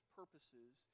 purposes